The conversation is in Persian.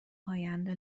آینده